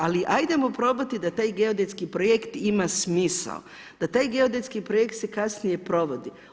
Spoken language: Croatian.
Ali hajdemo probati da taj geodetski projekt ima smisao, da taj geodetski projekt se kasnije provodi.